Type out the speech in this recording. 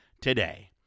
today